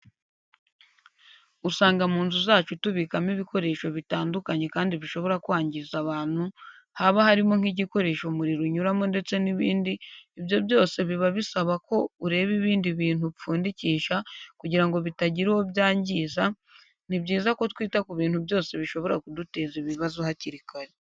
Usanga mu nzu zacu tubikamo ibikoresho bitandukanye kandi bishobora kwangiza abantu haba harimo nk'igikoresho umuriro unyuramo ndetse n'ibindi, ibyo byose biba bisaba ko ureba ibindi bintu ubipfukisha kugira ngo bitagira uwo byangiza, ni byiza ko twita ku bintu byose bishobora kuduteza ibibazo hakiri kare.